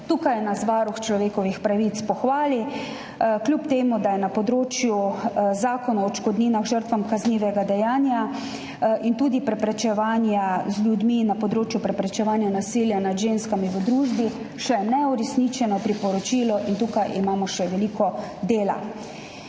Tukaj nas Varuh človekovih pravic pohvali, kljub temu da je na področju Zakona o odškodninah žrtvam kaznivega dejanja in tudi na področju preprečevanja nasilja nad ženskami v družbi še neuresničeno priporočilo in imamo tukaj še veliko dela.